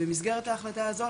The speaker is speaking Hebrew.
במסגרת ההחלטה הזו,